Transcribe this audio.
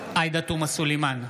בעד עאידה תומא סלימאן,